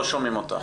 שומעים אותי?